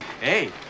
Hey